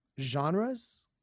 genres